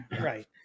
Right